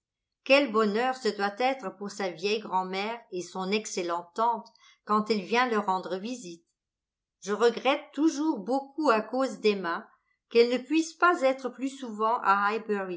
quel bonheur ce doit être pour sa vieille grand'mère et son excellente tante quand elle vient leur rendre visite je regrette toujours beaucoup à cause d'emma qu'elle ne puisse pas être plus souvent à